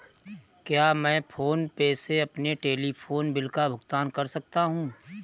क्या मैं PhonePe से अपने टेलीफोन बिल का भुगतान कर सकता हूँ?